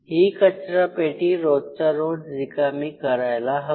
ही कचरापेटी रोजच्या रोज रिकामी करायला हवी